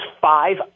five